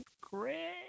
great